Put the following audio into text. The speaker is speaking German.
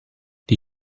die